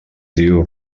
diu